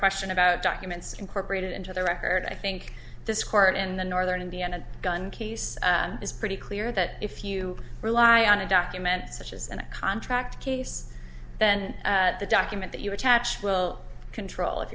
question about documents and braided into the record i think this court in the northern indiana gun case is pretty clear that if you rely on a document such as in a contract case then the document that you attach will control if